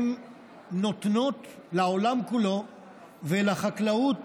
נותנות לעולם כולו ולחקלאות